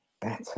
better